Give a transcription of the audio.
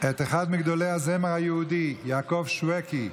את אחד מגדולי הזמר היהודי, יעקב שוואקי,